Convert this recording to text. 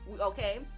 Okay